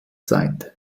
zeit